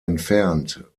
entfernt